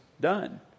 done